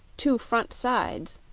two front sides,